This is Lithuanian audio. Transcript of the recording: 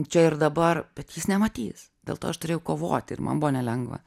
čia ir dabar bet jis nematys dėl to aš turėjau kovoti ir man buvo nelengva